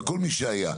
לכל מי שהיה,